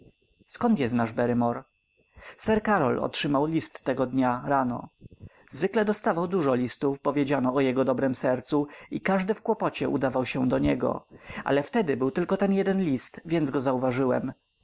skąd je znasz barrymore sir karol otrzymał list tego dnia rano zwykle dostawał dużo listów bo wiedziano o jego dobrem sercu i każdy w kłopocie udawał się do niego ale wtedy był tylko ten jeden list więc go zauważyłem